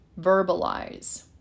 verbalize